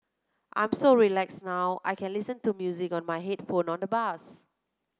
I'm so relaxed now I can listen to music on my headphone on the bus